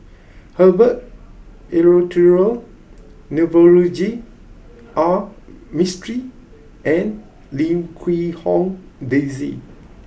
Herbert Eleuterio Navroji R Mistri and Lim Quee Hong Daisy